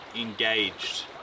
engaged